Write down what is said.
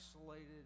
isolated